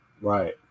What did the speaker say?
Right